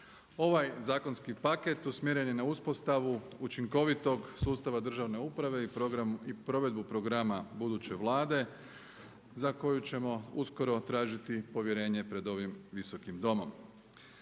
Ovaj zakonski paket usmjeren je na uspostavu učinkovitog sustava državne uprave i provedbu programa buduće Vlade za koju ćemo uskoro tražiti povjerenje pred ovim visokim domom.